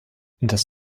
das